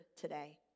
today